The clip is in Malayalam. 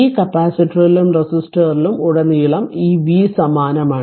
ഈ കപ്പാസിറ്ററിലും റെസിസ്റ്ററിലും ഉടനീളം ഈ v സമാനമാണ്